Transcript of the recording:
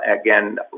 again